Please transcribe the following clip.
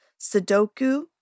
sudoku